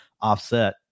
offset